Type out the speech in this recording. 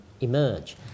emerge